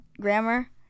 Grammar